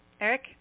Eric